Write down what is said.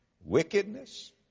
wickedness